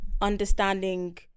understanding